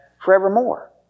forevermore